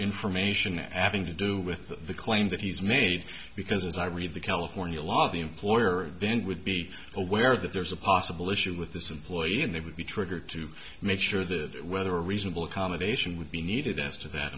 information adding to do with the claim that he's made because as i read the california law the employer then would be aware that there's a possible issue with this employee and they would be triggered to make sure the whether a reasonable accommodation would be needed as to that